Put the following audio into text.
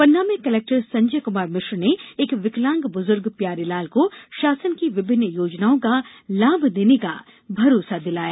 पन्ना में कलेक्टर संजय कुमार मिश्र ने एक विकलांग बुजुर्ग प्यारेलाल को शासन की विभिन्न योजनाओं का लाभ देने का भरोसा दिलाया